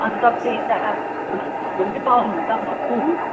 अन्त तपाईँ यता भोटे ड्रेसहरू पनि पाउनु हुन्छ बक्खु